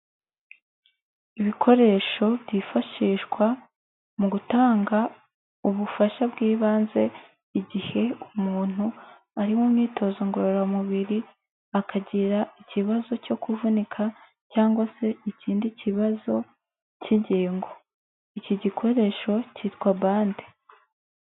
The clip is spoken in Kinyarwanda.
Ibikoresho byifashishwa mu gutanga ubufasha bw'ibanze igihe umuntu ari mu myitozo ngororamubiri, akagira ikibazo cyo kuvunika cyangwa se ikindi kibazo cy'ingingo, iki gikoresho cyitwa bande.